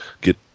get